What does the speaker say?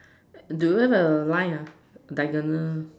do you have a line ah diagonal